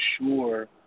sure